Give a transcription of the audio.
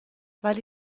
ولی